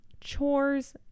chores